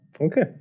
Okay